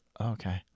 okay